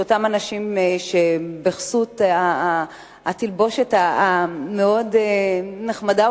שאותם אנשים שבחסות התלבושת המאוד-נחמדה,